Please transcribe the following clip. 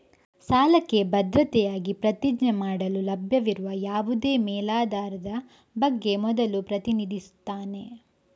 ಸಾಲಕ್ಕೆ ಭದ್ರತೆಯಾಗಿ ಪ್ರತಿಜ್ಞೆ ಮಾಡಲು ಲಭ್ಯವಿರುವ ಯಾವುದೇ ಮೇಲಾಧಾರದ ಬಗ್ಗೆ ಮೊದಲು ಪ್ರತಿನಿಧಿಸುತ್ತಾನೆ